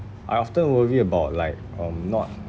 I often worry about like um not